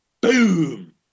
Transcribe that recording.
Boom